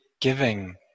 giving